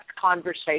conversation